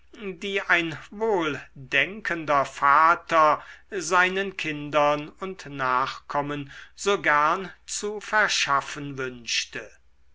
die ein wohldenkender vater seinen kindern und nachkommen so gern zu verschaffen wünschte